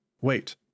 Wait